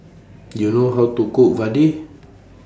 Do YOU know How to Cook Vadai